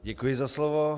Děkuji za slovo.